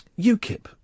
UKIP